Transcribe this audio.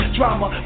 Drama